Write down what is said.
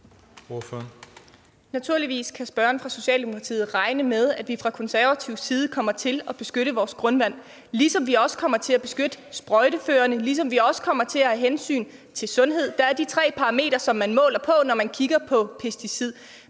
Joel kan naturligvis regne med, at vi fra konservativ side kommer til at beskytte grundvandet, ligesom vi også kommer til at beskytte sprøjteførerne, og ligesom vi også kommer til at have hensynet til sundhed. Der er de tre parametre, som man måler på, når man kigger på pesticider.